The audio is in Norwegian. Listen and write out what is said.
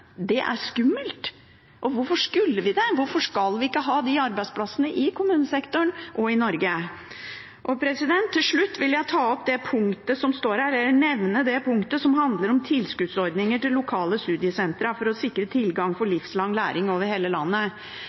Det er skummelt. Og hvorfor skulle vi det, hvorfor skal vi ikke ha de arbeidsplassene i kommunesektoren og i Norge? Til slutt vil jeg nevne det punktet som handler om tilskuddsordninger til lokale studiesenter for å sikre tilgang på livslang læring over hele landet.